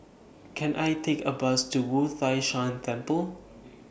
Can I Take A Bus to Wu Tai Shan Temple